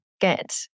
get